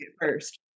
first